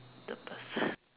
the person